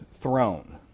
throne